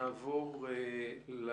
הישיבה ננעלה בשעה 09:05.